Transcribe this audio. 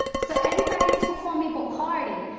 so everybody used to call me bacardi.